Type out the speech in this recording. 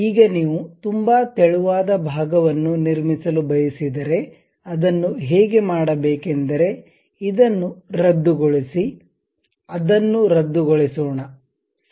ಈಗ ನೀವು ತುಂಬಾ ತೆಳುವಾದ ಭಾಗವನ್ನು ನಿರ್ಮಿಸಲು ಬಯಸಿದರೆ ಅದನ್ನು ಹೇಗೆ ಮಾಡಬೇಕೆಂದರೆ ಇದನ್ನು ರದ್ದುಗೊಳಿಸಿ ಅದನ್ನು ರದ್ದುಗೊಳಿಸೋಣ ಸರಿ